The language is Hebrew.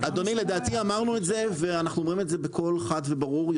לדעתי אמרנו את זה ואנו אומרים את זה בקול חד וברור.